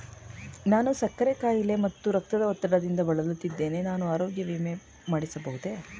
ನಾನು ಸಕ್ಕರೆ ಖಾಯಿಲೆ ಹಾಗೂ ರಕ್ತದ ಒತ್ತಡದಿಂದ ಬಳಲುತ್ತಿದ್ದೇನೆ ನಾನು ಆರೋಗ್ಯ ವಿಮೆ ಮಾಡಿಸಬಹುದೇ?